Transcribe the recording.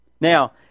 Now